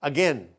Again